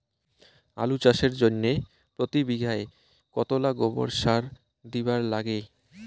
আলু চাষের জইন্যে প্রতি বিঘায় কতোলা গোবর সার দিবার লাগে?